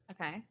Okay